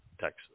Texas